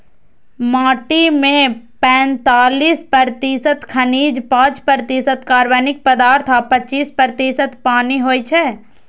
माटि मे पैंतालीस प्रतिशत खनिज, पांच प्रतिशत कार्बनिक पदार्थ आ पच्चीस प्रतिशत पानि होइ छै